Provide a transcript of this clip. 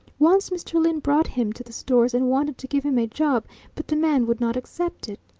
once mr. lyne brought him to the stores and wanted to give him a job but the man would not accept it.